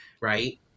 right